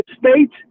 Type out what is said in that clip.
state